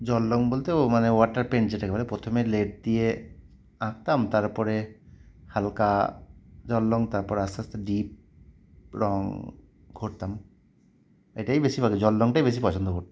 জল রং বলতে ও মানে ওয়াটার পেইন্ট যেটাকে বলে প্রথমে লেড দিয়ে আঁকতাম তার পরে হালকা জল রং তারপর আস্তে আস্তে ডিপ রং করতাম এটাই বেশিরভাগ জল রংটাই বেশি পছন্দ করতাম